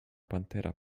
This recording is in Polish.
pantera